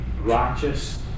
righteous